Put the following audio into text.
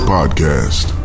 Podcast